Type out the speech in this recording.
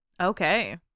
Okay